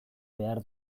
behar